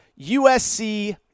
USC